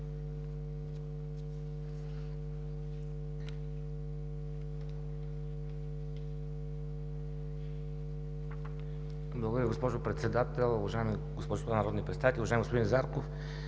Благодаря, госпожо Председател. Дами и господа народни представители! Уважаеми господин Зарков,